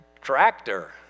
tractor